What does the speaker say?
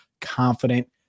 confident